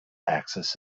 axis